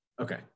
Okay